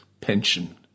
pension